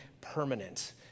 permanent